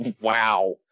Wow